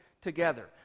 together